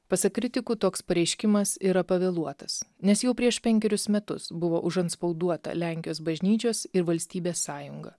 pasak kritikų toks pareiškimas yra pavėluotas nes jau prieš penkerius metus buvo užantspauduota lenkijos bažnyčios ir valstybės sąjunga